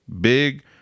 big